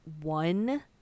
one